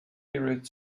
period